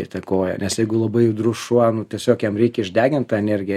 įtakoja nes jeigu labai judrus šuo nu tiesiog jam reikia išdegint tą energiją